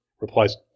replies